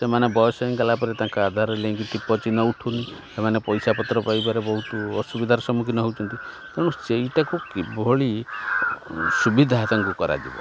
ସେମାନେ ବୟସ ହୋଇଗଲାପରେ ତାଙ୍କ ଆଧାରରେ ଲିଙ୍କ୍ ଟିପ ଚିହ୍ନ ଉଠୁନି ସେମାନେ ପଇସାପତ୍ର ପାଇବାରେ ବହୁତ ଅସୁବିଧାର ସମ୍ମୁଖୀନ ହେଉଛନ୍ତି ତେଣୁ ସେଇଟାକୁ କିଭଳି ସୁବିଧା ତାଙ୍କୁ କରାଯିବ